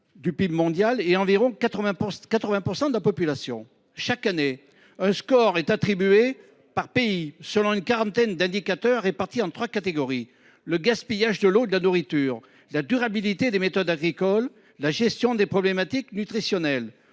du PIB mondial et environ 80 % de la population. Chaque année, un score est attribué par pays, selon une quarantaine d’indicateurs, répartis en trois catégories : le gaspillage de l’eau et de la nourriture ; la durabilité des méthodes agricoles ; la gestion des problématiques nutritionnelles.